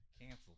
Canceled